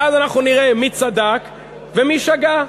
ואז אנחנו נראה מי צדק ומי שגה,